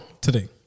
today